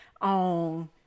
on